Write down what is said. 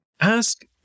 ask